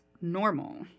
normal